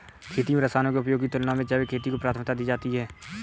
खेती में रसायनों के उपयोग की तुलना में जैविक खेती को प्राथमिकता दी जाती है